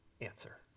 answer